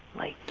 like,